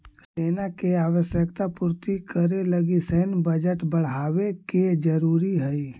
सेना के आवश्यकता पूर्ति करे लगी सैन्य बजट बढ़ावे के जरूरी हई